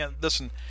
Listen